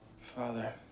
Father